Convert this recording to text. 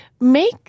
Make